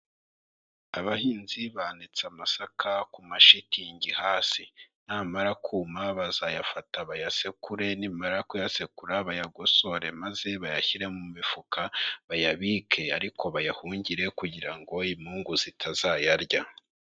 Abahinzi banitse amasaka ku mashitingi hasi, namara kuma bazayafata bayasekure, nibamara kuyasekura bayagosore maze bayashyire mu mifuka, bayabike, ariko bayahungire kugira ngo imungu zitazayarya.